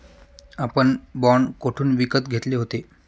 आपण बाँड कोठून विकत घेतले होते?